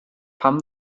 pam